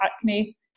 acne